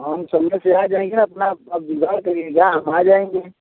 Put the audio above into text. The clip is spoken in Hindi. हम संडे से आ जाएँगे अपना इंतजार करिएगा हम आ जाएँगे